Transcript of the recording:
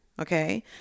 Okay